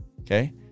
Okay